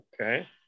Okay